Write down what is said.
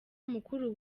mukuru